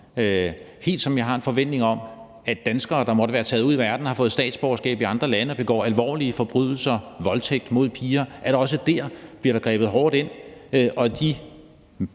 helt ligesom jeg har en forventning om, at der også over for danskere, der måtte være taget ud i verden og have fået et statsborgerskab i andre lande, og som begår alvorlige forbrydelser, f.eks. voldtægt mod piger, bliver grebet hårdt ind, og at